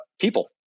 people